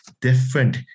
different